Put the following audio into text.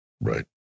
Right